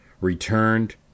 returned